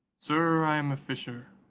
sir, i am a fisher,